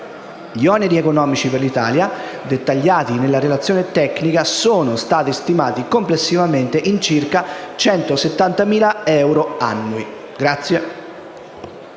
Gli oneri economici per l'Italia, dettagliati nella relazione tecnica, sono stati stimati complessivamente in circa 170.000 euro annui.